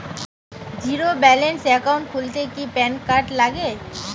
Zero balance account খুলতে কি PAN card লাগে?